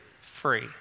Free